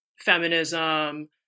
feminism